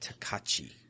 Takachi